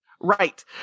Right